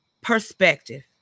perspective